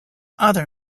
other